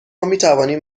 میتوانیم